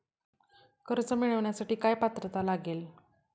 कर्ज मिळवण्यासाठी काय पात्रता लागेल?